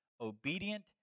obedient